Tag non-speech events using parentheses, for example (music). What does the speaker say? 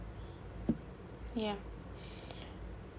yeah (breath)